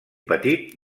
petit